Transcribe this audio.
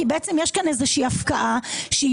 כי בעצם יש כאן איזה שהיא הפקעה שהיא